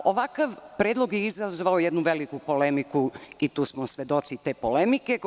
Ovakav predlog je izazvao jednu veliku polemiku i tu smo svedoci te polemike.